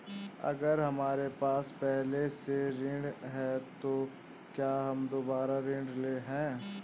अगर हमारे पास पहले से ऋण है तो क्या हम दोबारा ऋण हैं?